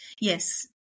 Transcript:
Yes